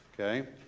okay